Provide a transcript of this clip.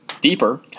deeper